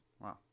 Wow